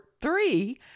three